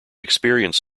experience